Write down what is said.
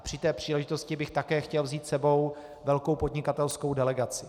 Při té příležitosti bych také chtěl vzít s sebou velkou podnikatelskou delegaci.